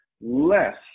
less